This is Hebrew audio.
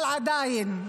אבל עדיין,